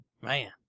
man